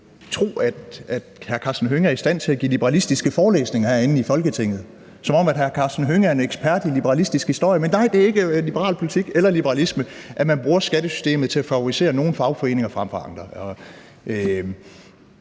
tro, at hr. Karsten Hønge er i stand til at give liberalistiske forelæsninger herinde i Folketinget, som om hr. Karsten Hønge er en ekspert i liberalistisk historie. Men nej, det er ikke liberal politik eller liberalisme, at man bruger skattesystemet til at favorisere nogle fagforeninger frem for andre.